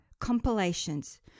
compilations